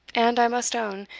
and, i must own,